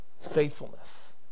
faithfulness